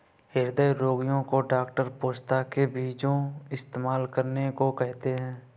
हृदय रोगीयो को डॉक्टर पोस्ता के बीजो इस्तेमाल करने को कहते है